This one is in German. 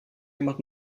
jemand